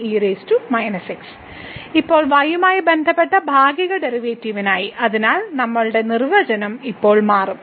ഇപ്പോൾ y യുമായി ബന്ധപ്പെട്ട ഭാഗിക ഡെറിവേറ്റീവിനായി അതിനാൽ നമ്മളുടെ നിർവചനം ഇപ്പോൾ മാറും